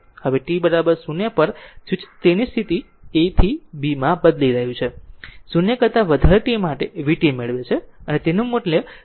હવે t 0 પર switch તેની સ્થિતિ A થી B માં બદલી રહ્યું છે 0 કરતા વધારે t માટે vt મેળવે છે અને તેનું મૂલ્ય t 0